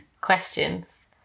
questions